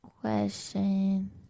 question